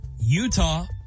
Utah